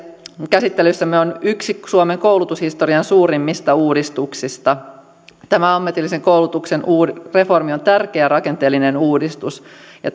käsittelyssämme on yksi suomen koulutushistorian suurimmista uudistuksista tämä ammatillisen koulutuksen reformi on tärkeä rakenteellinen uudistus ja